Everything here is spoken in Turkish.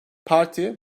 parti